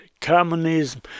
Communism